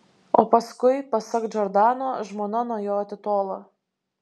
o paskui pasak džordano žmona nuo jo atitolo